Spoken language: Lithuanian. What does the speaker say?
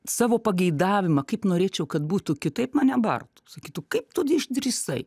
savo pageidavimą kaip norėčiau kad būtų kitaip mane bartų sakytų kaip tu išdrįsai